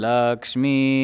Lakshmi